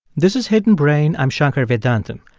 this is hidden brain. i'm shankar vedantam.